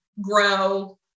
grow